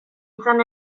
izan